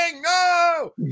no